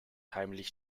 heimlich